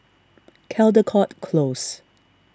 Caldecott Close